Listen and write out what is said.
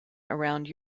around